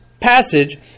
passage